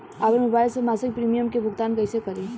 आपन मोबाइल से मसिक प्रिमियम के भुगतान कइसे करि?